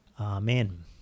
Amen